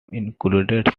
included